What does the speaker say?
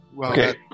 Okay